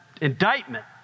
indictment